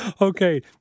Okay